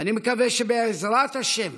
ואני מקווה שבעזרת השם